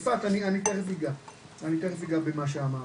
יפעת אני תיכף אגע במה שאמרת.